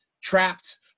trapped